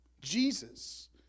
Jesus